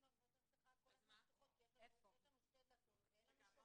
אצלנו מצלמות האבטחה כל הזמן פתוחות כי יש לנו שתי דלתות ואין לנו שומר.